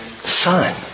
son